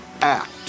act